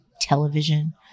television